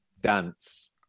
dance